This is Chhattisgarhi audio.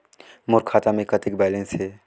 मोर खाता मे कतेक बैलेंस हे?